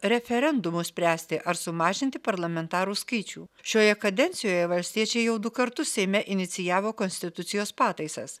referendumu spręsti ar sumažinti parlamentarų skaičių šioje kadencijoje valstiečiai jau du kartus seime inicijavo konstitucijos pataisas